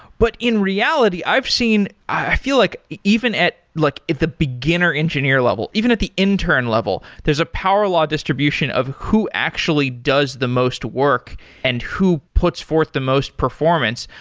but in reality, i've seen i feel like even at like the beginner engineer level, even at the intern level, there's a power-law distribution of who actually does the most work and who puts forth the most performance,